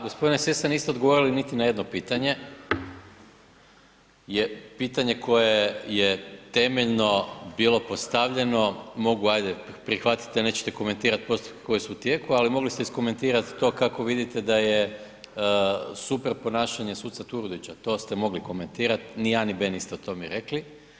G. Sesa, niste odgovorili niti na jedno pitanje, pitanje koje je temeljno bilo postavljeno mogu ajde prihvatiti da neće komentirati postupke koji su u tijeku ali mogli ste iskomentirati to kako vidite da je super ponašanje suca Turudića, to ste mogli komentirati, ni a ni b niste o tome rekli.